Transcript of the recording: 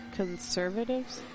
conservatives